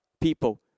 people